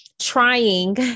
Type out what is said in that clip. trying